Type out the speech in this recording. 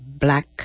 black